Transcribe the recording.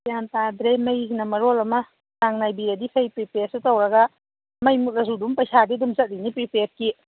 ꯒ꯭ꯌꯥꯟ ꯇꯥꯗ꯭ꯔꯦ ꯃꯩꯁꯤꯅ ꯃꯔꯣꯜ ꯑꯃ ꯆꯥꯡ ꯅꯥꯏꯕꯤꯔꯗꯤ ꯐꯩ ꯄ꯭ꯔꯤꯄꯦꯠꯁꯨ ꯇꯧꯔꯒ ꯃꯩ ꯃꯨꯠꯂꯁꯨ ꯑꯗꯨꯝ ꯄꯩꯁꯥꯗꯤ ꯑꯗꯨꯝ ꯆꯠꯂꯤꯅꯤ ꯄ꯭ꯔꯤꯄꯦꯠꯀꯤ